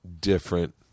different